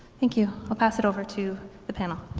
thank you, i'll pass it over to the panel.